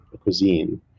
cuisine